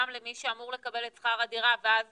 גם למי שאמור לקבל את שכר הדירה ואז